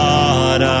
God